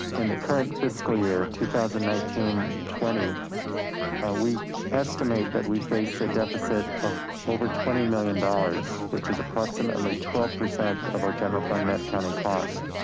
in the current fiscal year, two thousand and nineteen twenty ah we estimate that we face a deficit of over twenty million dollars, which is approximately twelve percent of our general fund net county cost.